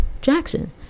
Jackson